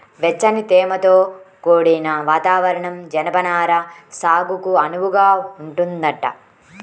వెచ్చని, తేమతో కూడిన వాతావరణం జనపనార సాగుకు అనువుగా ఉంటదంట